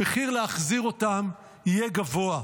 המחיר להחזיר אותם יהיה גבוה,